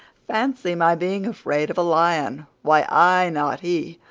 fancy my being afraid of a lion! why, i, not he,